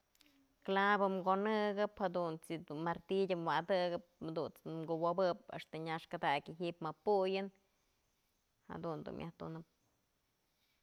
Clavo konëkëp jadunt's yë martillo wa'adëkëp jadunt's kuwopëp a'axta nyax kadakyë ji'ib ma puyën jadun dun myaj tunëp.